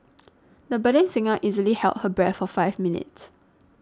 the budding singer easily held her breath for five minutes